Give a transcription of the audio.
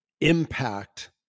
impact